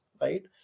right